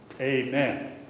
Amen